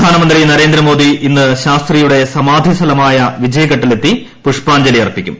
പ്രധാനമന്ത്രി നരേന്ദ്രമോദി ഇന്ന് ശാസ്ത്രീയുടെ സമാധിസ്ഥലമായ വിജയഘട്ടിലെത്തി പുഷ്പാഞ്ജലിയർപ്പിക്കും